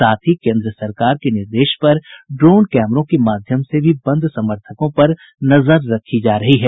साथ ही केंद्र सरकार के निर्देश पर ड्रोन कैमरों के माध्यम से भी बंद समर्थकों पर नजर रखी जा रही है